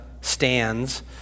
stands